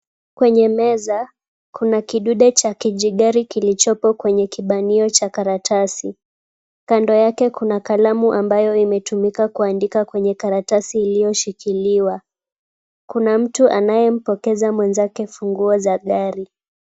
Kwenye meza kuna kidude cha kijigari kilichopo kwenye kibanio cha karatasi. Kando yake kuna kalamu ambayo imetumika kuandika kwenye karatasi iliyoshikiliwa. Kuna mtu anayempokeza mwenzake funguo za gari.